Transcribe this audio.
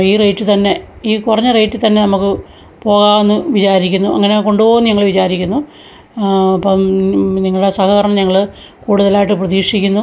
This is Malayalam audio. ഈ റേറ്റ് തന്നെ ഈ കുറഞ്ഞ റേറ്റ് തന്നെ നമ്മൾക്ക് പോകാമെന്ന് വിചാരിക്കുന്നു അങ്ങനെ കൊണ്ടുപോകും എന്ന് ഞങ്ങൾ വിചാരിക്കുന്നു അപ്പം നിങ്ങളുടെ സഹകരണം ഞങ്ങൾ കൂടുതലായിട്ട് പ്രതീക്ഷിക്കുന്നു